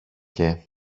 και